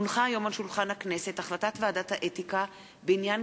הונחה היום על שולחן הכנסת החלטת ועדת האתיקה בעניין